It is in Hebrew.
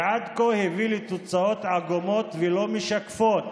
שעד כה הביא לתוצאות עגומות שלא משקפות